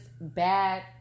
bad